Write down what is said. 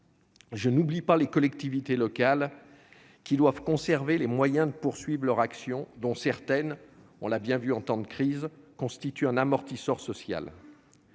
Je n'oublie pas les collectivités locales, qui doivent conserver les moyens de poursuivre leur action. Certaines- on l'a bien vu en temps de crise -constituent un amortisseur social.